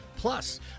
Plus